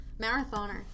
marathoner